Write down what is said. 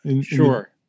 Sure